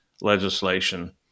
legislation